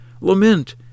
Lament